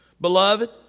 Beloved